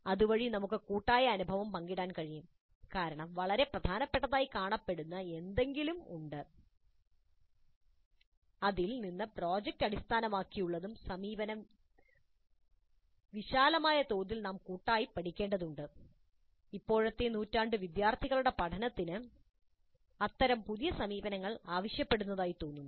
അതുവഴി നമുക്ക് ഈ കൂട്ടായ അനുഭവം പങ്കിടാൻ കഴിയും കാരണം വളരെ പ്രധാനപ്പെട്ടതായി കാണപ്പെടുന്ന എന്തെങ്കിലും ഉണ്ട് ഇതിൽ നിന്ന് പ്രോജക്റ്റ് അടിസ്ഥാനമാക്കിയുള്ള സമീപനം വിശാലമായ തോതിൽ നാം കൂട്ടായി പഠിക്കേണ്ടതുണ്ട് ഇപ്പോഴത്തെ നൂറ്റാണ്ട് വിദ്യാർത്ഥികളുടെ പഠനത്തിന് അത്തരം പുതിയ സമീപനങ്ങൾ ആവശ്യപ്പെടുന്നതായി തോന്നുന്നു